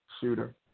shooter